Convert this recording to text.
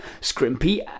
Scrimpy